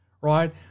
Right